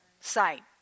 site